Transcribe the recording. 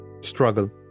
struggle